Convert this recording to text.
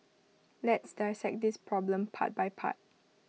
let's dissect this problem part by part